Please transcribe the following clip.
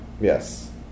Yes